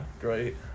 great